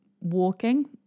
walking